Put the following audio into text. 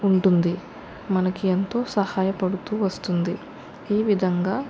ఉంటుంది మనకి ఎంతో సహాయపడుతూ వస్తుంది ఈ విధంగా